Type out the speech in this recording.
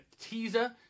teaser